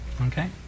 okay